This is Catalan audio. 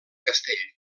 castell